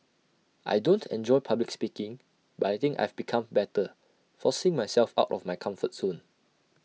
I don't enjoy public speaking but I think I've become better forcing myself out of my comfort zone